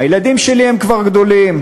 הילדים שלי כבר גדולים,